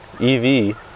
EV